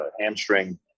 hamstring